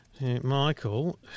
Michael